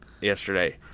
yesterday